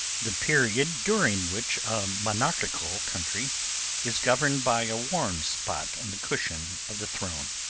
the period during which a monarchical country is governed by a warm spot on the cushion of the throne.